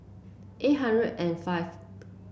eight hundred and five